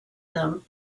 them